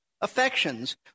affections